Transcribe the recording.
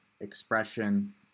expression